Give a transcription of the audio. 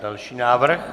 Další návrh.